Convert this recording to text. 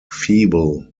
feeble